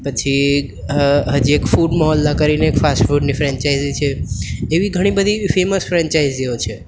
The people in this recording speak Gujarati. પછી હજી એક ફૂડ મોહલ્લા કરીને એક ફાસ્ટફૂડની ફ્રેન્ચાઇઝી છે એવી ઘણી બધી ફેમસ ફ્રેન્ચાઇઝીઓ છે